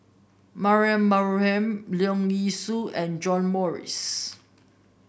Mariam Baharom Leong Yee Soo and John Morrice